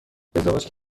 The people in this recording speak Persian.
ازدواج